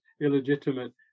illegitimate